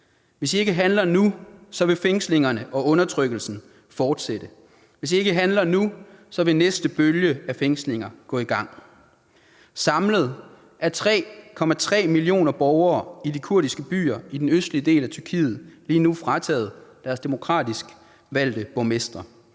Hvis I ikke handler nu, vil fængslingerne og undertrykkelsen fortsætte. Hvis I ikke handler nu, vil næste bølge af fængslinger gå i gang. Samlet er 3,3 millioner borgere i de kurdiske byer i den østlige del af Tyrkiet lige nu frataget deres demokratisk valgte borgmestre.